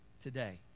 today